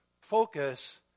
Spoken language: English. Focus